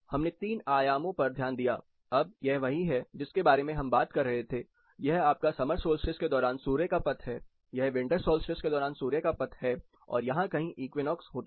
हमने तीन आयामों पर ध्यान दिया अब यह वही है जिसके बारे में हम बात कर रहे कर रहे थे यह आपका समर सोल्स्टिस के दौरान सूर्य का पथ है यह विंटर सोल्स्टिस के दौरान सूर्य का पथ है और यहां कहीं इक्विनोक्स होता है